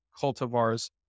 cultivars